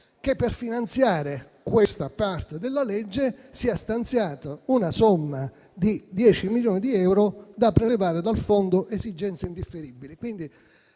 che, per finanziare questa parte della legge, sia stanziata una somma di 10 milioni di euro da prelevare dal Fondo esigenze indifferibili.